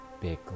big